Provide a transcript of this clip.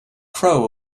crow